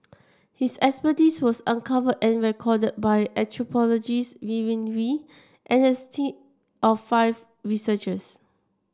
his expertise was uncovered and recorded by anthropologist Vivienne Wee and his team of five researchers